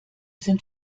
sind